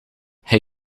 hij